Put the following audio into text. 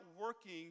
working